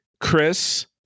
chris